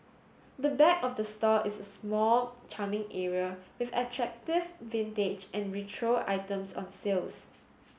the back of the store is a small charming area with attractive vintage and retro items on sales